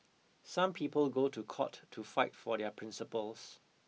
some people go to court to fight for their principles